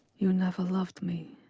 you never loved me,